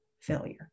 failure